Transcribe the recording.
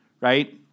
right